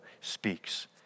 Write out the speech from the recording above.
speaks